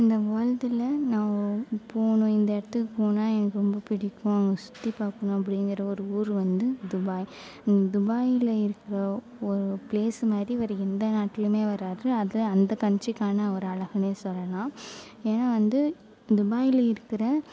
இந்த வேல்டில் நான் போகணும் இந்த இடத்துக்கு போனால் எனக்கு ரொம்ப பிடிக்கும் சுற்றி பார்க்கணும் அப்படிங்குற ஒரு ஊர் வந்து துபாய் துபாயில் இருக்கிற ஒரு பிளேஸ் மாதிரி வேற எந்த நாட்டுலேயுமே வராது அது அந்த கன்ட்ரிக்கான ஒரு அழகுன்னே சொல்லலாம் ஏன்னா வந்து துபாயில் இருக்கிற